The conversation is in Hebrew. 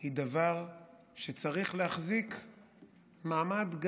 היא דבר שצריך להחזיק מעמד,